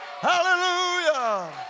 Hallelujah